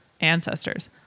ancestors